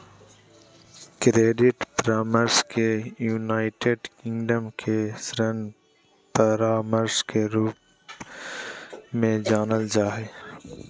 credit परामर्श के United Kingdom में ऋण परामर्श के रूप में जानल जा हइ